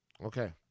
Okay